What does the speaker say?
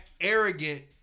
arrogant